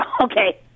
Okay